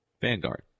vanguard